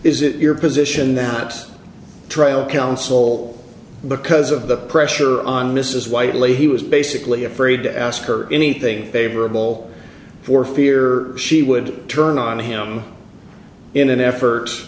is it your position than ox trial counsel because of the pressure on mrs whiteley he was basically afraid to ask her anything favorable for fear she would turn on him in an effort